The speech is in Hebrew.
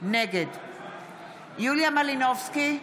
נגד יוליה מלינובסקי,